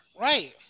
Right